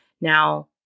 Now